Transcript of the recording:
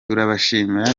turabashimira